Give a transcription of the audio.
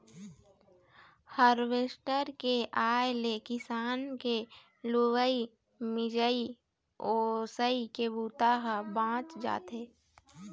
harvester के आए ले किसान के लुवई, मिंजई, ओसई के बूता ह बाँच जाथे